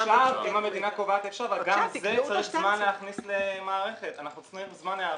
--- אנחנו צריכים זמן היערכות להיערך לזה.